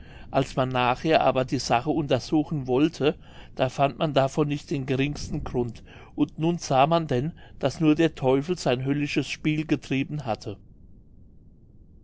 als man nachher aber die sache untersuchen wollte da fand man davon nicht den geringsten grund und nun sah man denn daß nur der teufel sein höllisches spiel getrieben hatte